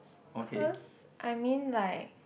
cause I mean like